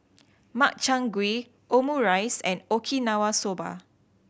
Makchang Gui Omurice and Okinawa Soba